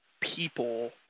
people